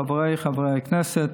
חבריי חברי הכנסת,